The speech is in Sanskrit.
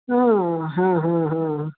हा हा हा हा